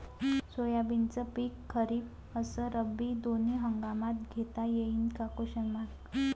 सोयाबीनचं पिक खरीप अस रब्बी दोनी हंगामात घेता येईन का?